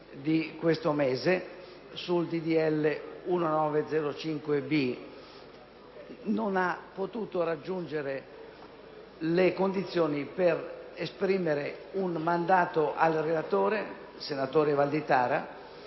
disegno di legge e non ha potuto raggiungere le condizioni per esprimere un mandato al relatore, senatore Valditara.